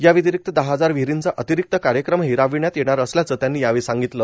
या व्यतिरिक्त दहा हजार विहिरींचा अतिरिक्त कार्यक्रम ही राबविण्यात येणार असल्याचं त्यांनी यावेळी सांगितलं